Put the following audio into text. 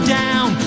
down